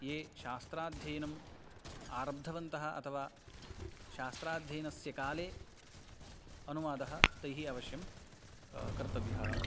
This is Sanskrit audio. ये शास्त्राध्ययनम् आरब्धवन्तः अथवा शास्त्राध्ययनस्य काले अनुवादः तैः अवश्यं कर्तव्यः